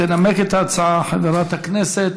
תנמק את ההצעה חברת הכנסת